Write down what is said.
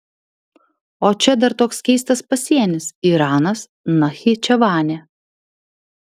o čia dar toks keistas pasienis iranas nachičevanė